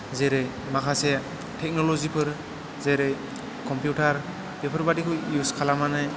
जेरै माखासे टेक्नलजिफोर जेरै कम्पिउटार बेफोर बायदिखौ इउस खालामनानै